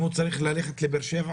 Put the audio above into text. אם מישהו בא במגע הדוק,